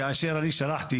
כאשר אני שלחתי